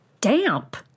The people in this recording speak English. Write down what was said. damp